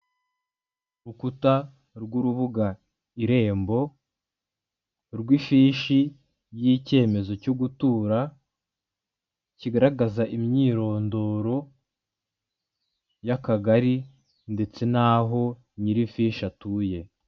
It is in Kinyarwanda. Urukuta rw'urubuga irembo rw'ifishi y'icyemezo cyo gutura, kigaragaza imyirondoro y'akagari, ndetse n'aho nyir'ifishi atuye.